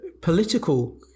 political